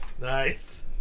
Nice